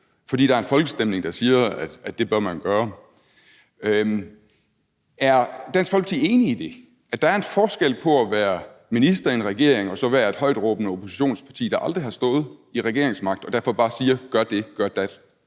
fordi der er en folkestemning, der siger, at det bør man gøre. Er Dansk Folkeparti enig i det, altså at der er en forskel på at være minister i en regering og så være et højtråbende oppositionsparti, der aldrig har stået med regeringsmagt, og derfor bare siger: Gør dit, gør dat?